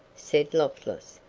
said lotless.